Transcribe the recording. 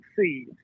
see